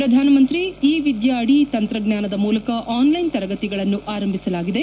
ಪ್ರಧಾನ ಮಂತ್ರಿ ಇ ವಿದ್ಯಾ ಅಡಿ ತಂತ್ರಜ್ವಾನದ ಮೂಲಕ ಆನ್ಲೈನ್ ತರಗತಿಗಳನ್ನು ಆರಂಭಿಸಲಾಗಿದೆ